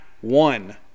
one